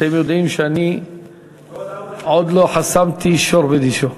אתם יודעים שאני עוד לא חסמתי שור בדישו.